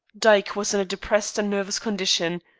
dyke was in a depressed and nervous condition.